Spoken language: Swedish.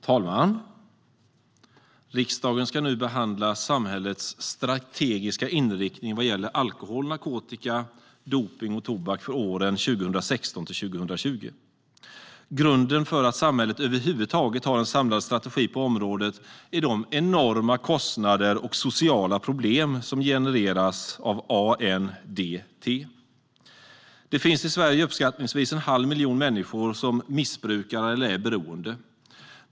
Herr talman! Riksdagen ska nu behandla samhällets strategiska inriktning vad gäller alkohol, narkotika, dopning och tobak för åren 2016 till 2020. Grunden för att samhället över huvud taget har en samlad strategi på området är de enorma kostnader och sociala problem som genereras av ANDT. Det finns uppskattningsvis en halv miljon människor i Sverige som missbrukar eller är beroende.